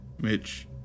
Mitch